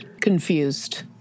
confused